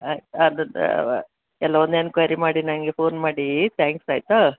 ಆಯ್ತು ಅದ್ರದ್ದು ಎಲ್ಲ ಒಂದು ಎನ್ಕ್ವೇರಿ ಮಾಡಿ ನನ್ಗೆ ಪೋನ್ ಮಾಡಿ ಥ್ಯಾಂಕ್ಸ್ ಆಯಿತಾ